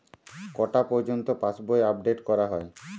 কটা পযর্ন্ত পাশবই আপ ডেট করা হয়?